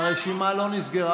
הרשימה לא נסגרה.